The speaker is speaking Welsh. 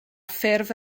ffurf